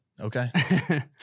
Okay